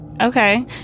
Okay